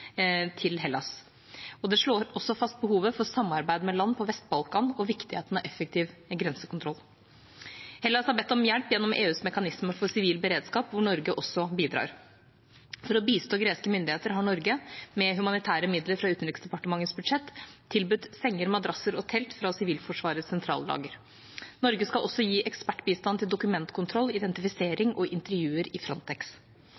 Hellas og slår fast behovet for samarbeid med land på Vest-Balkan og viktigheten av effektiv grensekontroll. Hellas har bedt om hjelp gjennom EUs mekanisme for sivil beredskap, der Norge også bidrar. For å bistå greske myndigheter har Norge, med humanitære midler fra Utenriksdepartementets budsjett, tilbudt senger, madrasser og telt fra Sivilforsvarets sentrallager. Norge skal også gi ekspertbistand til dokumentkontroll, identifisering og intervjuer i Frontex.